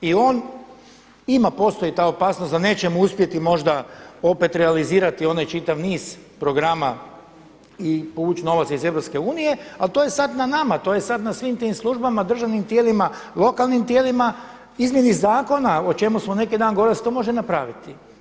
I on, ima, postoji ta opasnost da nećemo uspjeti možda opet realizirati onaj čitav niz programa i povući novac iz Europske unije, ali to je sad na nama, to je sad na svim tim službama, državnim tijelima, lokalnim tijelima, izmjeni zakona o čemu smo neki dan govorili da se to može napraviti.